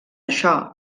això